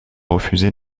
refusé